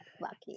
Lucky